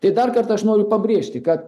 tai dar kartą aš noriu pabrėžti kad